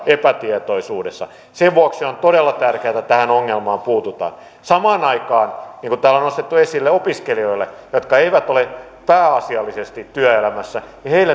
epätietoisuudessa sen vuoksi on todella tärkeätä että tähän ongelmaan puututaan samaan aikaan niin kuin täällä on nostettu esille opiskelijoille jotka eivät ole pääasiallisesti työelämässä